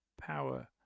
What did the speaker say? Power